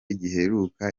giheruka